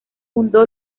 fundó